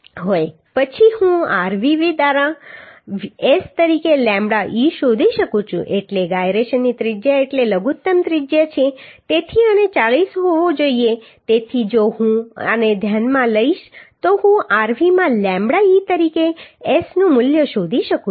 પછી હું rv દ્વારા S તરીકે lambda e શોધી શકું છું એટલે gyration ની ત્રિજ્યા એટલે લઘુત્તમ ત્રિજ્યા છે તેથી અને તે 40 હોવી જોઈએ તેથી જો હું આને ધ્યાનમાં લઈશ તો હું rv માં લેમ્બડા e તરીકે S નું મૂલ્ય શોધી શકું છું